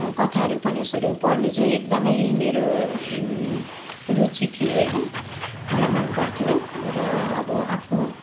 कथाहरू उपन्यासहरू पढ्ने चाहिँ एकदमै मेरो रुचि थियो होइन मलाई मनपर्थ्यो र अब आफ्नो